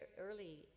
early